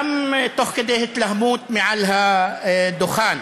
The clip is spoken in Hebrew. גם תוך כדי התלהמות מעל הדוכן: